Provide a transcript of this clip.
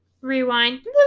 rewind